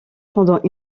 pendant